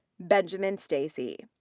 benjamin stacy.